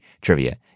Trivia